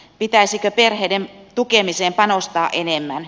pitäisikö perheiden tukemiseen panostaa enemmän